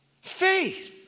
Faith